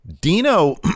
Dino